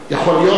יכול להיות,